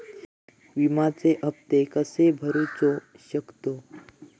विम्याचे हप्ते कसे भरूचो शकतो?